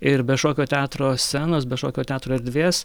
ir be šokio teatro scenos be šokio teatro erdvės